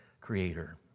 creator